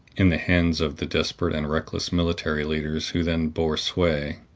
in the hands of the desperate and reckless military leaders who then bore sway,